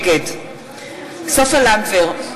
נגד סופה לנדבר,